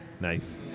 Nice